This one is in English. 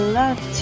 love